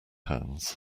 hands